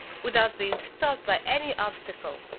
without being stopped by any obstacle.